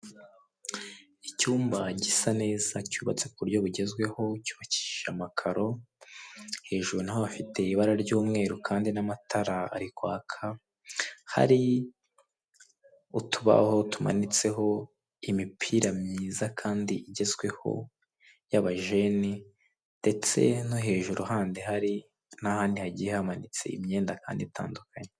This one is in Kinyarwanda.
Icyumba gisa neza cyubatswe ku buryo bugezweho cyubakishije amakaro hejuru naho hafite ibara ry'umweru kandi n'amatara ari kwaka, hari utubaho tumanitseho imipira myiza kandi igezweho y'abajeni ndetse no hejuru handi hari n'ahandi hagiye hamanitse imyenda kandi hatandukanye.